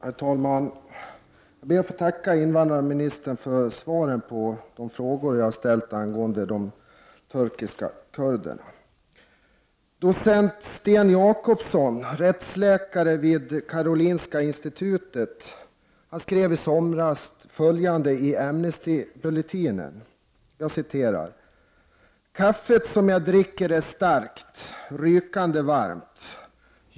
Herr talman! Jag ber att få tacka invandrarministern för svaren på de frågor jag ställt angående de turkiska kurderna. Docent Sten Jakobsson, rättsläkare vid Karolinska institutet, skrev i somras följande i Amnestybulletinen. ”Kaffet som jag dricker är starkt och rykande varmt.